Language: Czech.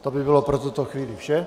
To by bylo pro tuto chvíli vše.